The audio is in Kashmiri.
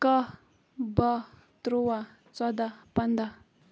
کَہہ بہہ تُرٛواہ ژۄداہ پنٛداہ